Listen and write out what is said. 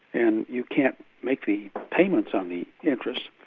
and you can't make the payments on the interest,